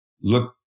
look